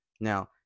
now